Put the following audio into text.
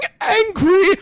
angry